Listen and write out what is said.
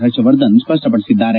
ಪರ್ಷವರ್ಧನ್ ಸ್ಪಷ್ಪಡಿಸಿದ್ದಾರೆ